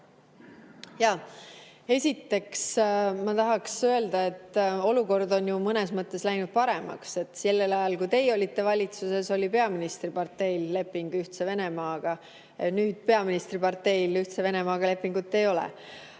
Esiteks, ma tahaks öelda, et olukord on ju mõnes mõttes läinud paremaks. Sellel ajal, kui teie olite valitsuses, oli peaministriparteil leping Ühtse Venemaaga. Nüüd peaministriparteil Ühtse Venemaaga lepingut ei ole.